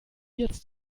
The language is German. jetzt